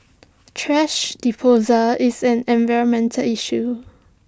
thrash disposal is an environmental issue